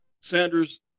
Sanders